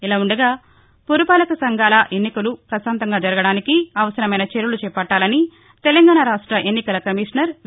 ఇలా ఉండగా పురపాలక సంఘాల ఎన్నికలు ప్రశాంతంగా జరగడానికి అవసరమైన చర్యలు చేపట్టాలని తెలంగాణ రాష్ట ఎన్నికల కమీషనర్ వి